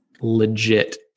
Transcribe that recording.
legit